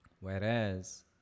Whereas